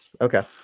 Okay